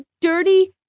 dirty